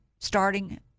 starting